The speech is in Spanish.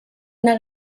una